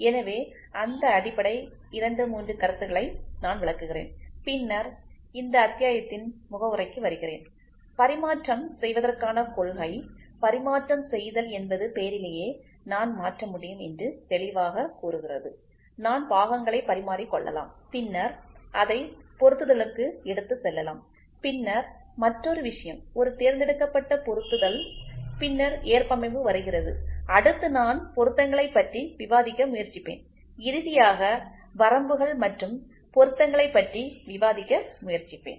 எனவே அந்த அடிப்படை 2 3 கருத்துக்களை நான் விளக்குகிறேன் பின்னர் இந்த அத்தியாயத்தின் முகவுரைக்கு வருகிறேன் பரிமாற்றம் செய்வதற்கான கொள்கை பரிமாற்றம் செய்தல் என்பது பெயரிலேயே நான் மாற்ற முடியும் என்று தெளிவாகக் கூறுகிறது நான் பாகங்களை பரிமாறிக்கொள்ளலாம் பின்னர் அதை பொருத்துதலுக்கு எடுத்துச் செல்லலாம் பின்னர் மற்றொரு விஷயம் ஒரு தேர்ந்தெடுக்கப்பட்ட பொருத்துதல் பின்னர் ஏற்பமைவு வருகிறது அடுத்து நான் பொருத்தங்களைப் பற்றி விவாதிக்க முயற்சிப்பேன் இறுதியாக வரம்புகள் மற்றும் பொருத்தங்களைப் பற்றி விவாதிக்க முயற்சிப்பேன்